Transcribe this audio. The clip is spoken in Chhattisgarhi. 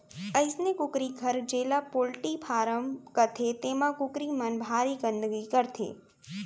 अइसने कुकरी घर जेला पोल्टी फारम कथें तेमा कुकरी मन भारी गंदगी करथे